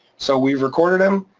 so we've recorded them,